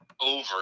over